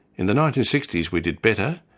in the nineteen sixty s we did better,